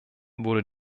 wurde